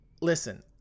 listen